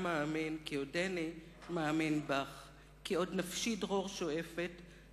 אאמין,/ כי עודני מאמין בך.// כי עוד נפשי דרור שואפת,/